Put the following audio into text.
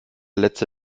letzte